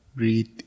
Breathe